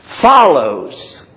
follows